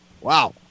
Wow